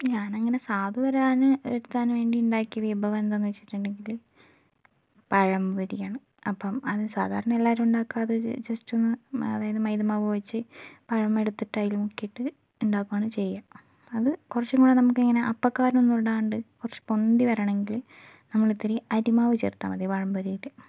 ഞാനങ്ങനെ സ്വാധ് വരാൻ എടുക്കാൻ വേണ്ടി ഉണ്ടാക്കിയ വിഭവം എന്താണെന്ന് വച്ചിട്ടുണ്ടെങ്കിൽ പഴംപൊരി ആണ് അപ്പം അത് സാധാരണ എല്ലാവരും ഉണ്ടക്കാറ് ജസ്റ്റ് ഒന്ന് മാവ് ഏത് മൈദ മാവ് കുഴച്ച് പഴമെടുത്തിട്ട് അതിൽ മുക്കിയിട്ട് ഉണ്ടാക്കുകയാണ് ചെയ്യുക അതു കുറച്ചും കൂടെ നമുക്കിങ്ങനെ അപ്പക്കാരം ഒന്നും ഇടാണ്ട് കുറച്ച് പൊന്തി വരണമെങ്കിൽ നമ്മളിത്തിരി അരിമാവ് ചേർത്താൽ മതി പഴംപൊരിയിൽ